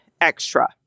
extra